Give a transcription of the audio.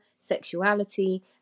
sexuality